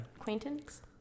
Acquaintance